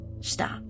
Stop